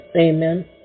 Amen